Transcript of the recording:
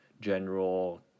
general